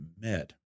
met